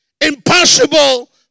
impossible